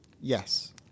Yes